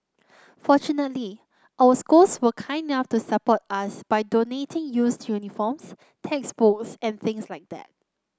fortunately our schools were kind enough to support us by donating used uniforms textbooks and things like that